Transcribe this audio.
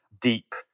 deep